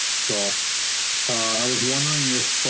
so i was wondering if.